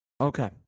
Okay